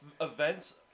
events